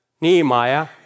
Nehemiah